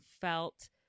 felt